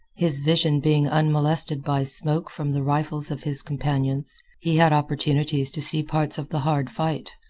his vision being unmolested by smoke from the rifles of his companions, he had opportunities to see parts of the hard fight.